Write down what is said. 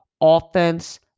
offense